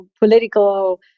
political